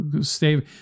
stay